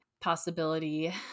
possibility